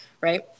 right